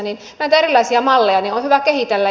näitä erilaisia malleja on hyvä kehitellä